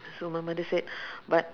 so my mother said but